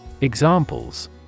Examples